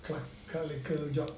clerk clerical job